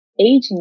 aging